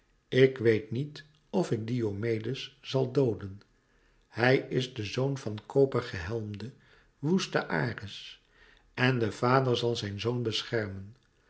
ik weet niet of ik diomedes zal dooden hij is de zoon van koper gehelmden woesten ares en de vader zal zijn zoon beschermen